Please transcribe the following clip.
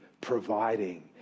providing